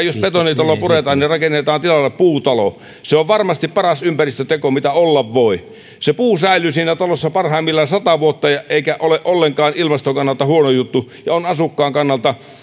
jos betonitalo puretaan rakennetaan tilalle puutalo se on varmasti paras ympäristöteko mitä olla voi se puu säilyy siinä talossa parhaimmillaan sata vuotta eikä ole ollenkaan ilmaston kannalta huono juttu ja on asukkaan kannalta